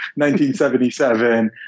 1977